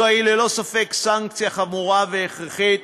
זוהי ללא ספק סנקציה חמורה והכרחית,